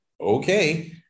Okay